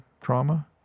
trauma